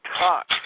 talk